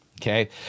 okay